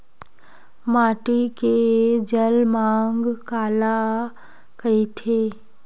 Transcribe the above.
माटी के जलमांग काला कइथे?